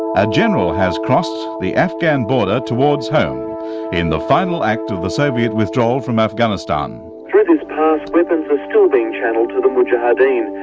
a general has crossed the afghan border towards home in the final act of the soviet withdrawal from afghanistan. through this past weapons are still being channelled to the mujaheddin.